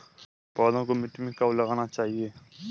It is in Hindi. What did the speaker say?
पौधों को मिट्टी में कब लगाना चाहिए?